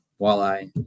walleye